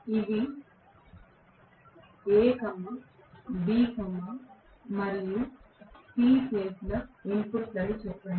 ఇవి A B మరియు C phase ల ఇన్పుట్లు అని చెప్పండి